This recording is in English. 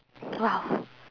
!wow!